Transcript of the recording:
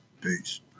Peace